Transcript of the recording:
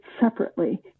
separately